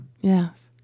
Yes